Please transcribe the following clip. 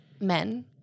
men